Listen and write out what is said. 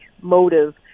motive